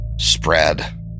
spread